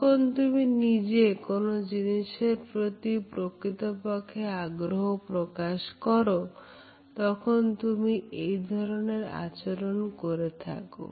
যখন তুমি নিজে কোন জিনিসের প্রতি প্রকৃতপক্ষে আগ্রহ প্রকাশ করো তখন তুমি এই ধরনের আচরণ করে থাকো